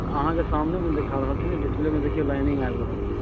तऽ अहाँकेँ सामनेमे देखा रहल छै ने डिसप्लेमे देखियौ लाइनिङ्ग आबि रहल छै